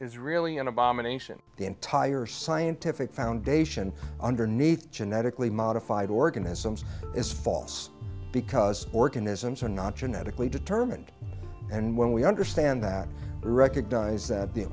is really an abomination the entire scientific foundation underneath genetically modified organisms is false because organisms are not genetically determined and when we understand that recognise that the